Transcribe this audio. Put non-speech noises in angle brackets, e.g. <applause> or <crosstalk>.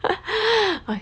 <laughs>